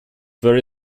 vary